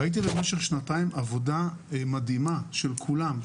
ראיתי במשך שנתיים עבודה מדהימה של כולם,